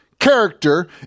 character